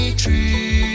tree